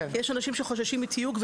יש אנשים שחוששים מתיוג,